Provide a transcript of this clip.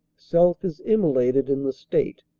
self is immolated in the state.